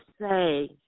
say